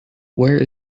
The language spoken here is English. where